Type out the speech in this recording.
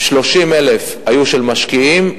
30,000 היו של משקיעים,